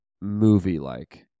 movie-like